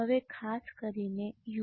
હવે ખાસ કરીને યુ